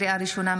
לקריאה ראשונה,